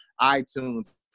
iTunes